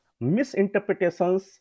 misinterpretations